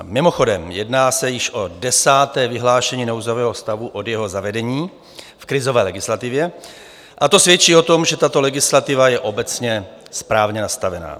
Mimochodem, jedná se již o desáté vyhlášení nouzového stavu od jeho zavedení v krizové legislativě a to svědčí o tom, že tato legislativa je obecně správně nastavena.